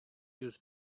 use